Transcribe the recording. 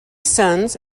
sons